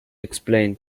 explain